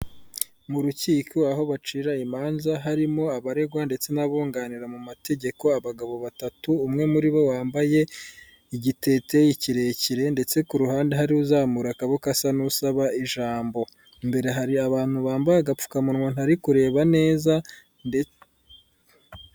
Mu rukiko aho bacira imanza harimo abaregwa ndetse n'abunganira mu mategeko, abagabo batatu umwe muri bo wambaye igitete kirekire ndetse ku ruhande hari uzamura akaboko asa n'usaba ijambo, imbere hari abantu bambaye agapfukamunwa ntari kureba neza ndetse.